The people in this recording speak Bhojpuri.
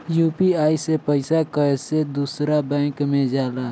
यू.पी.आई से पैसा कैसे दूसरा बैंक मे जाला?